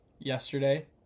Yesterday